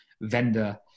vendor